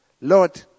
Lord